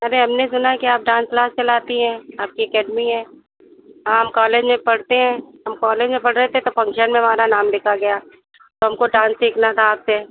अरे हमने सुना है कि आप डान्स क्लास चलाती हैं आपकी एकैडमी है हम कॉलेज में पढ़ते हैं हम कॉलेज में पढ़ रहे थे तो फ़ंक्शन में हमारा नाम लिखा गया तो हमको डान्स सीखना था आपसे